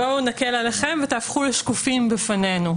בואו נקל עליכם, ותהפכו לשקופים בפנינו.